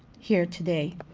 here today.